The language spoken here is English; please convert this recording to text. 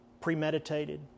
Premeditated